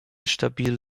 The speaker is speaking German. stabil